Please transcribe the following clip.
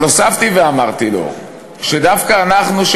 אבל הוספתי ואמרתי לו שדווקא אנחנו,